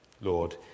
Lord